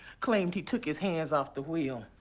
claimed he took his hands off the wheel.